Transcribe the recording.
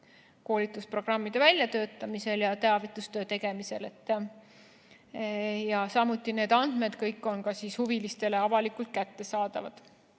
koolitusprogrammide väljatöötamisel ja teavitustöö tegemisel. Need andmed on kõik ka huvilistele avalikult kättesaadavad.